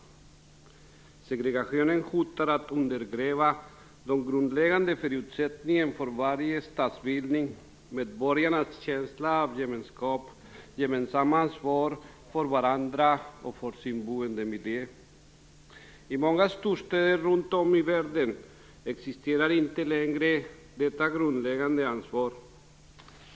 Segregationen hotar att undergräva den grundläggande förutsättningen för varje stadsbildning, medborgarnas känsla av gemensamt ansvar för varandra och för sin boendemiljö. I många storstäder runt om i världen existerar inte längre detta grundläggande ansvar.